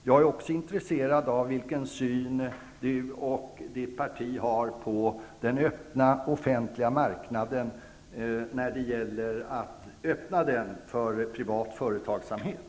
Också jag är intresserad av att få veta vilken syn Rolf L. Nilson och Vänsterpartiet har på ett öppnande av den offentliga marknaden för privat företagsamhet.